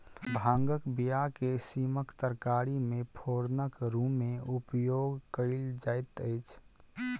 भांगक बीया के सीमक तरकारी मे फोरनक रूमे उपयोग कयल जाइत अछि